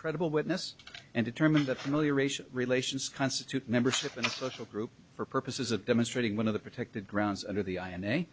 credible witness and determine that familiar racial relations constitute membership and social group for purposes of demonstrating one of the protected grounds under the i and a